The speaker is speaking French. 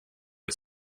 les